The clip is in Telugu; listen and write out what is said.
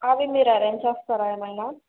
అవి మీరు అరేంజ్ చేస్తారా ఏమైనా